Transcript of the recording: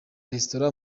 resitora